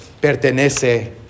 pertenece